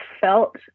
felt